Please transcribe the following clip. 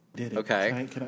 Okay